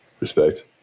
respect